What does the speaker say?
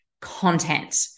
content